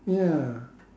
ya